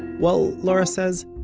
well, laura says,